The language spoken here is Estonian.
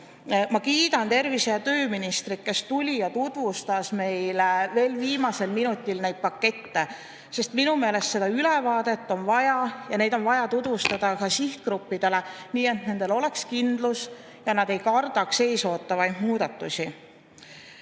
ma kiidan tervise‑ ja tööministrit, kes tuli ja tutvustas meile veel viimasel minutil neid pakette. Sest minu meelest seda ülevaadet on vaja, seda on vaja tutvustada ka sihtgruppidele, et neil oleks kindlus ja nad ei kardaks eesootavaid muudatusi.